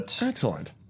Excellent